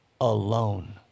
alone